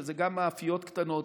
שזה גם מאפיות קטנות,